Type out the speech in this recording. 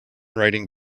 riding